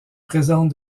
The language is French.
présente